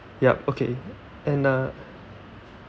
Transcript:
yup okay and uh